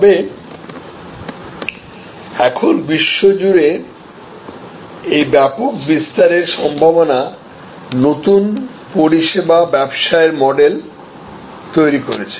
তবে এখন বিশ্বজুড়ে এই ব্যাপক বিস্তারের সম্ভাবনা নতুন পরিষেবা ব্যবসায়ের মডেল তৈরি করেছে